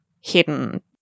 hidden